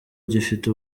gifite